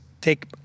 take